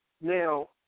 Now